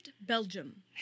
Belgium